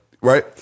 Right